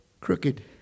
crooked